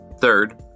Third